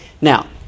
now